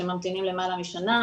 שממתינים למעלה משנה.